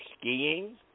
skiing